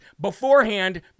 beforehand